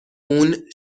اون